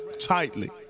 tightly